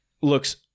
looks